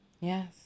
Yes